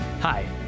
Hi